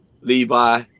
Levi